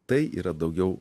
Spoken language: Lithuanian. tai yra daugiau